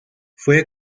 fue